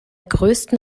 größten